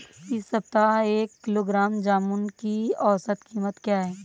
इस सप्ताह एक किलोग्राम जामुन की औसत कीमत क्या है?